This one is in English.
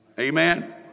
Amen